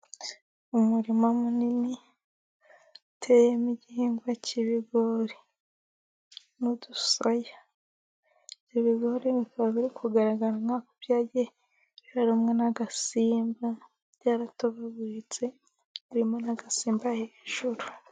Umurima munini, uteyemo igihingwa cy'ibigori n'udusoya. Ibi bigori bikaba biri kugaragara nk'aho byagiye birarumwa n'agasimba, byaratobaguritse, birimo n'agasimba hejuru.